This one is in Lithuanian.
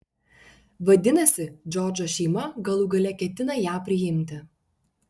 vadinasi džordžo šeima galų gale ketina ją priimti